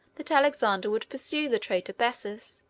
that alexander would pursue the traitor bessus,